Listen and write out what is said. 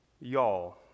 y'all